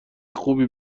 خوبی